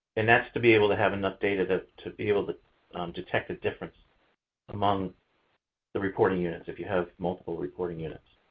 and that's to be able to have enough data to be able to detect the difference among the reporting units, if you have multiple reporting units.